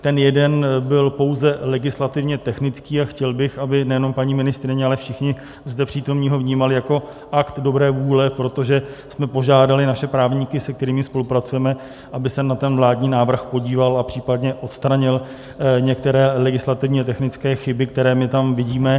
Ten jeden byl pouze legislativně technický a chtěl bych, aby nejenom paní ministryně, ale všichni zde přítomní ho vnímali jako akt dobré vůle, protože jsme požádali naše právníky, se kterými spolupracujeme, aby se na ten vládní návrh podívali a případně odstranili některé legislativně technické chyby, které my tam vidíme.